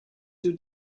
two